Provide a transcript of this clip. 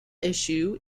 issue